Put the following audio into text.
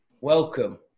welcome